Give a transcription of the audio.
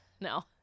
No